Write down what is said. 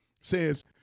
says